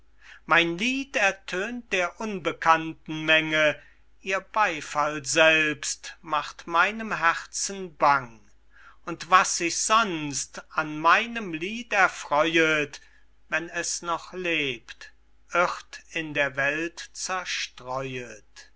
mein leid ertönt der unbekannten menge ihr beyfall selbst macht meinem herzen bang und was sich sonst an meinem lied erfreuet wenn es noch lebt irrt in der welt zerstreuet